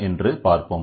என்று பார்ப்போம்